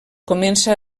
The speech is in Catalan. comença